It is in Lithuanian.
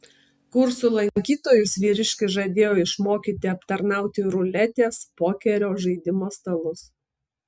kursų lankytojus vyriškis žadėjo išmokyti aptarnauti ruletės pokerio žaidimo stalus